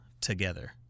together